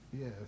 Yes